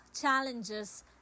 challenges